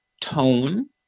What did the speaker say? tone